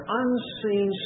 unseen